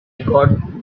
got